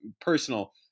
personal